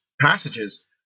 passages